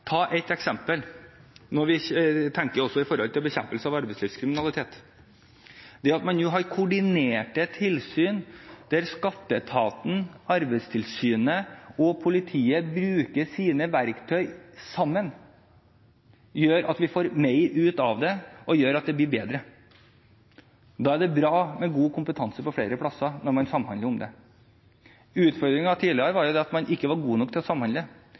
ta et eksempel der vi også tenker på bekjempelse av arbeidslivskriminalitet. Det at man nå har koordinerte tilsyn der skatteetaten, Arbeidstilsynet og politiet bruker sine verktøy sammen, gjør at vi får mer ut av det, og at det blir bedre. Det er bra med god kompetanse på flere steder når man samhandler om dette. Utfordringen tidligere var jo at man ikke var god nok til å samhandle.